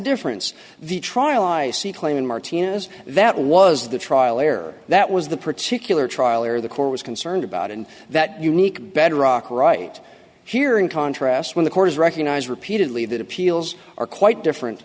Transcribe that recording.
difference the trial i see claiming martinez that was the trial error that was the particular trial or the court was concerned about and that unique bedrock right here in contrast when the court is recognized repeatedly that appeals are quite different